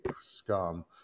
scum